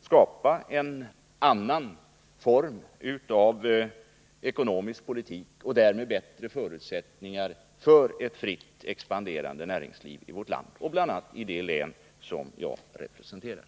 skapa en annan form av ekonomisk politik och därmed bättre förutsättningar för ett fritt, expanderande näringsliv i vårt land, bl.a. i det län som jag representerar.